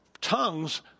tongues